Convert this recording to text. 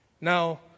Now